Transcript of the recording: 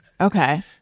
Okay